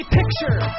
Picture